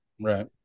right